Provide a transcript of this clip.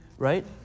right